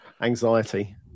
anxiety